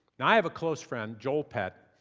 now i have a close friend, joel pett,